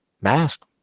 mask